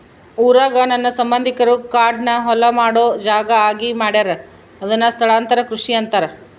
ಊರಾಗ ನನ್ನ ಸಂಬಂಧಿಕರು ಕಾಡ್ನ ಹೊಲ ಮಾಡೊ ಜಾಗ ಆಗಿ ಮಾಡ್ಯಾರ ಅದುನ್ನ ಸ್ಥಳಾಂತರ ಕೃಷಿ ಅಂತಾರ